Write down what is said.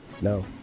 No